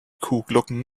kuhglocken